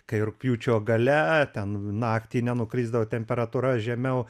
kai rugpjūčio gale ten naktį nenukrisdavo temperatūra žemiau